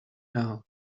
now